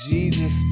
Jesus